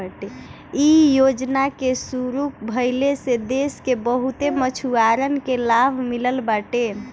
इ योजना के शुरू भइले से देस के बहुते मछुआरन के लाभ मिलल बाटे